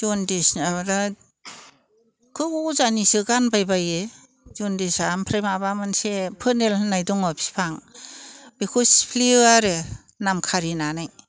जनदिसआ बिराद बेखौ अजानिसो गानबाय बायो जनदिसा आमफ्राय माबा मोनसे फोनेल होननाय दङ बिफां बेखौ सिफ्लियो आरो नाम खारिनानै